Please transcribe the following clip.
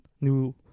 new